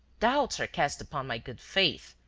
doubts are cast upon my good faith.